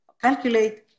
calculate